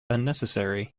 unnecessary